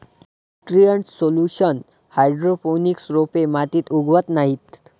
nutrient solution hydroponics रोपे मातीत उगवत नाहीत